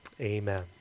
Amen